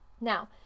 Now